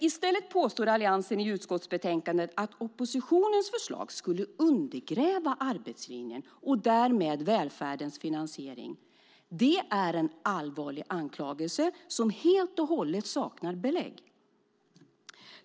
I stället påstår Alliansen i utskottsbetänkandet att oppositionens förslag skulle undergräva arbetslinjen och därmed välfärdens finansiering. Det är en allvarlig anklagelse som helt och hållet saknar belägg.